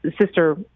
sister